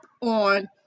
on